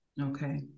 Okay